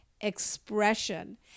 expression